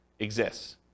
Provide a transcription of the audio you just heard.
exists